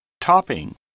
Topping